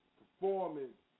performance